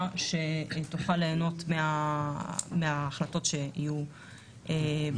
שתוכל ליהנות מההחלטות שיהיו בתוכה.